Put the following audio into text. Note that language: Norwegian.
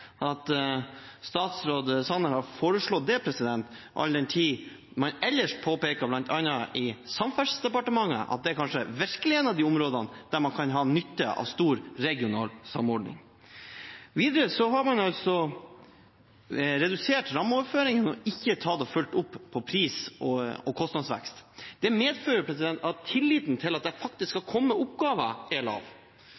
at statsråd Sanner har foreslått det, all den tid man ellers påpeker – bl.a. i Samferdselsdepartementet – at det kanskje er et av de områdene der man virkelig kan ha nytte av stor regional samordning. Videre har man redusert rammeoverføringene og ikke fulgt opp når det gjelder pris og kostnadsvekst. Det medfører at tilliten til at det faktisk skal